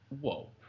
Whoa